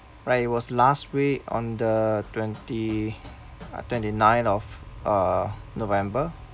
right it was last week on the twenty uh twenty ninth of uh november